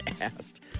asked